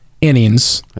innings